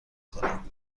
کنم